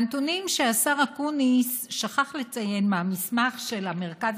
הנתונים שהשר אקוניס שכח לציין מהמסמך של המרכז